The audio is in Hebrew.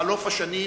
בחלוף השנים,